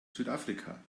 südafrika